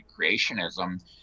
creationism